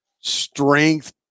strength